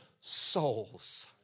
souls